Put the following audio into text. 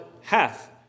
hath